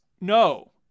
No